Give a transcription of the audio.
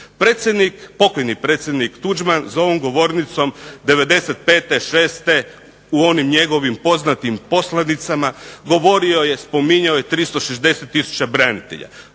pokojni predsjednik Tuđman, za ovom govornicom '95., '96. u onim njegovim poznatim poslanicama govorio je, spominjao je 360 tisuća branitelja.